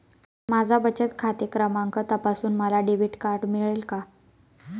माझा बचत खाते क्रमांक तपासून मला डेबिट कार्ड मिळेल का?